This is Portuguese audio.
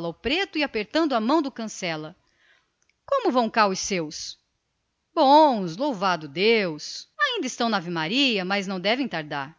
ao preto e apertando a mão do cancela como lhe vão cá os seus bons louvado deus ainda estão na ave-maria mas não devem tardar